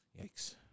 yikes